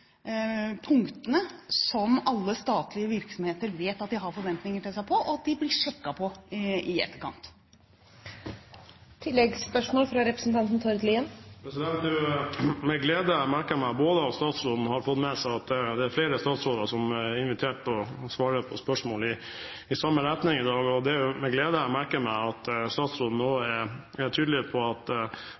punktene som alle statlige virksomheter vet at det forventes noe av dem på, og som de blir sjekket på i etterkant. Det er med glede jeg merker meg både at statsråden har fått med seg at det er flere statsråder som er invitert til å svare på spørsmål i samme retning i dag, og at statsråden nå er tydelig på at